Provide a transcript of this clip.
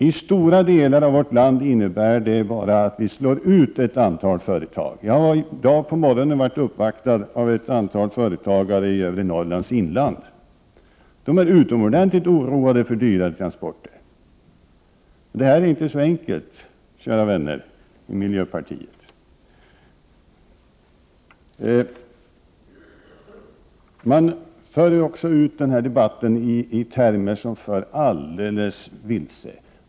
I stora delar av vårt land innebär det bara att ett antal företag slås ut. I morse blev jag uppvaktad av ett antal företagare från övre Norrlands inland. Dessa var utomordentligt oroade över detta med dyrare transporter. Men det här är inte så enkelt, kära vänner i miljöpartiet! Denna debatt förs ju också i termer som leder alldeles vilse.